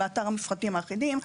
באתר המפרטים האחידים.